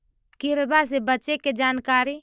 किड़बा से बचे के जानकारी?